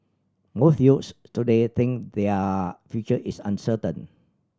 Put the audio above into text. most youths today think their future is uncertain